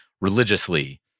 religiously